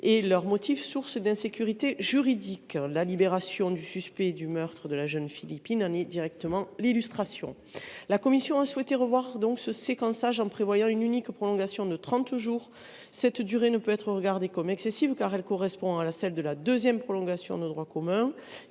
à leur motif, il est source d’insécurité juridique. La libération du suspect du meurtre de la jeune Philippine en est l’illustration. La commission a souhaité revoir ce séquençage en prévoyant une unique prolongation de 30 jours. Cette durée ne peut être regardée comme excessive, car elle correspond à celle de la deuxième prolongation de droit commun,